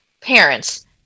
parents